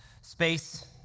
space